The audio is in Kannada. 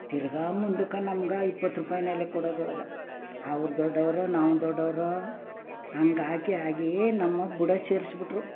ತಿರುಗಾ ಮುಂದಕ್ಕೆ ನಮ್ಗೆ ಇಪ್ಪತ್ರೂಪಾಯ್ನಲ್ಲೆ ಕೊಡೋದು ಅದು ಅವ್ರು ದೊಡ್ಡವರು ನಾವು ದೊಡ್ಡವರು ಹಾಗಾಗಿ ಆಗಿ ನಮ್ಮ ಬುಡ ಸೇರ್ಸ್ಬಿಟ್ರು